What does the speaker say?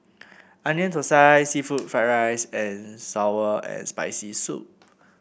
Onion Thosai seafood Fried Rice and sour and Spicy Soup